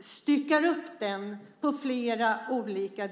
styckar upp den på flera delar?